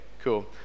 cool